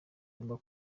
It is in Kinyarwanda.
igomba